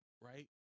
right